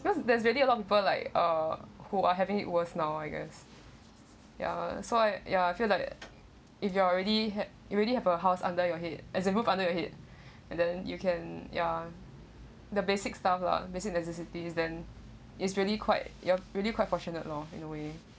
because that's really a lot of people like uh who are having it worse now I guess ya so I ya I feel like that if you are already you already have a house under your head as a roof under your head and then you can ya the basic stuff lah basic necessities then it's really quite ya really quite fortunate lor in a way